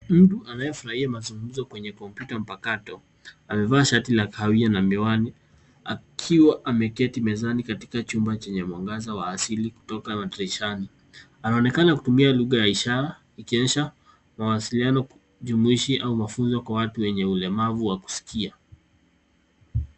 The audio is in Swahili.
Mtu anayefurahia mazungumzo kwenye kompyuta mpakato amevaa shati la kahawia na miwani akiwa ameketi mezani katika chumba chenye mwangaza wa asili kutoka madirishani. Anaonekana kutumia lugha ya ishara ikionyesha mawasiliano jumuishi au mafunzo kwa watu wenye ulemavu wa kusikia.